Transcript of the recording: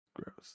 Gross